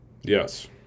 Yes